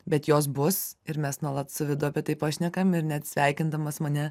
bet jos bus ir mes nuolat su vidu apie tai pašnekam ir net sveikindamas mane